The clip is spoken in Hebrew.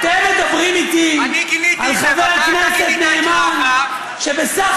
אתם מדברים איתי על חבר כנסת נאמן שבסך